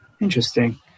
Interesting